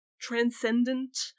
transcendent